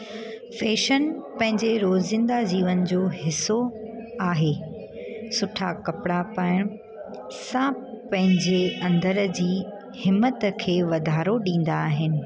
fashion पंहिंजे रोज़ींदा जीवन जो हिसो आहे सुठा कपिड़ा पाइणु साफ़ु पंहिंजे अंदर जी हिमत खे वधारो ॾींदा आहिनि